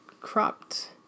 cropped